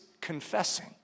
confessing